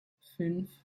fünf